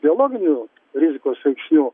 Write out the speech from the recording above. biologinių rizikos veiksnių